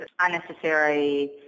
unnecessary